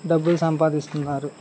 డబ్బులు సంపాదిస్తున్నారు